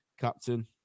captain